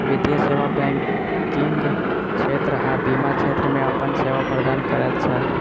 वित्तीय सेवा बैंकिग क्षेत्र आ बीमा क्षेत्र मे अपन सेवा प्रदान करैत छै